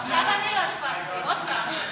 איזו ועדה?